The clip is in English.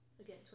Again